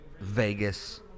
Vegas